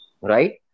right